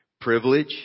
privilege